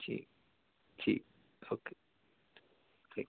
ਠੀਕ ਠੀਕ okay thank you